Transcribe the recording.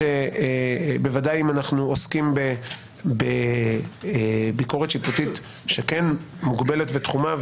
בוודאי אם אנחנו עוסקים בביקורת שיפוטית מוגבלת ותחומה,